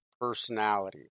personality